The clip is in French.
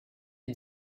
est